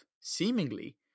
Seemingly